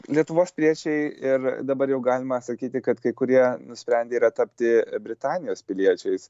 lietuvos piliečiai ir dabar jau galima sakyti kad kai kurie nusprendę yra tapti britanijos piliečiais